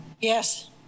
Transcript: yes